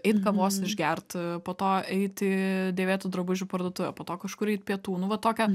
eit kavos išgert po to eit į dėvėtų drabužių parduotuvę po to kažkur eit pietų nu va tokią